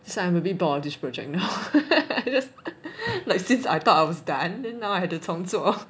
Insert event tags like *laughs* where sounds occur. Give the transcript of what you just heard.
it's like I'm a bit bored of this project now *laughs* like since I thought I was done then now I have to 重做